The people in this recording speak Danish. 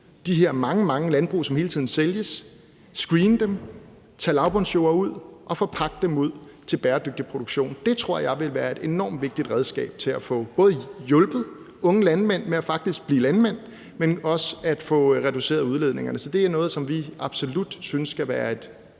de her mange, mange landbrug, som hele tiden sælges, screene dem, tage lavbundsjorder ud og forpagte dem ud til bæredygtig produktion. Det tror jeg ville være et enormt vigtigt redskab både til at få hjulpet unge landmænd med faktisk at blive landmænd, men også til at få reduceret udledningerne. Så det er noget, som vi absolut synes skal være et meget